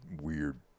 weird